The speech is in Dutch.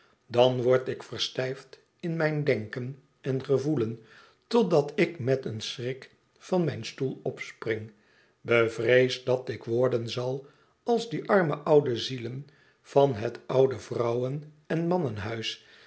dan word ik verstijfd in mijn denken en gevoelen totdat ik met een schrik van mijn stoel opspring bevreesd dat ik worden zal als die arme oude zielen van het oude vrouwen en